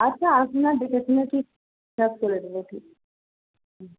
আচ্ছা আপনার দেখে শুনে ঠিকঠাক করে দেবো ঠিক হুম